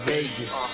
Vegas